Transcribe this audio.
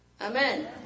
Amen